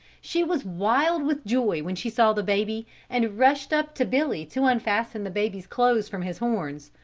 she was wild with joy when she saw the baby and rushed up to billy to unfasten the baby's clothes from his horns.